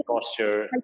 posture